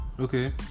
okay